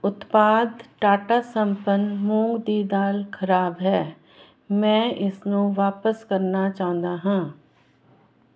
ਉਤਪਾਦ ਟਾਟਾ ਸੰਪਨ ਮੂੰਗ ਦੀ ਦਾਲ ਖਰਾਬ ਹੈ ਮੈਂ ਇਸ ਨੂੰ ਵਾਪਸ ਕਰਨਾ ਚਾਹੁੰਦਾ ਹਾਂ